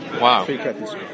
wow